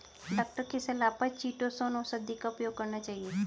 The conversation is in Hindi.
डॉक्टर की सलाह पर चीटोसोंन औषधि का उपयोग करना चाहिए